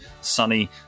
sunny